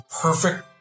perfect